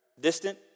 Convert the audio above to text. distant